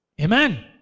Amen